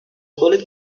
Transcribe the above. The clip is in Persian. قولت